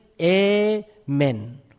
Amen